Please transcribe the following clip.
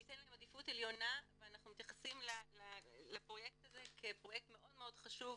ניתן להן עדיפות עליונה ואנחנו מתייחסים לפרויקט הזה כפרויקט מאוד חשוב,